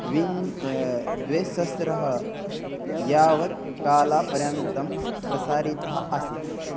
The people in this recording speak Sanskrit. विन् द्विसहस्र यावत् कालापर्यन्तं प्रसारीतः आसीत्